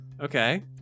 Okay